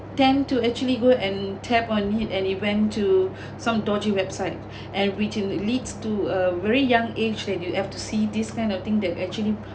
tend to actually go and tap on it and he went to some dodgy website and which it leads to a very young age that you have to see this kind of thing that actually